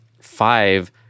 five